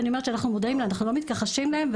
ואנחנו מודעים אנחנו לא מתכחשים להם,